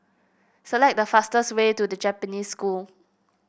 select the fastest way to The Japanese School